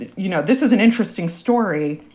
you know, this is an interesting story.